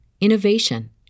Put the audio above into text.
innovation